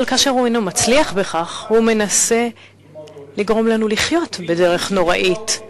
אבל כאשר הוא אינו מצליח בכך הוא מנסה לגרום לנו לחיות בדרך נוראית,